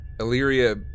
Illyria